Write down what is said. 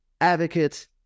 advocate